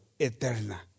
eterna